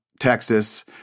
Texas